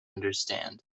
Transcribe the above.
understand